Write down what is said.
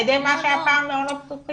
על ידי מה שהיה פעם מעונות פתוחים.